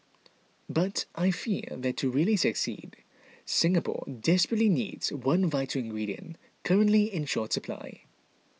but I fear that to really succeed Singapore desperately needs one vital ingredient currently in short supply